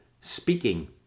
speaking